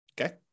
okay